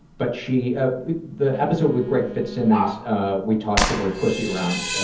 but she ah the episode with greg fitzsimmons ah we tossed the word pussy around